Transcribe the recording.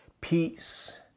peace